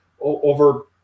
Over